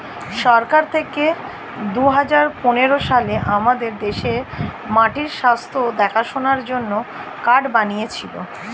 সরকার থেকে দুহাজার পনেরো সালে আমাদের দেশে মাটির স্বাস্থ্য দেখাশোনার জন্যে কার্ড বানিয়েছিলো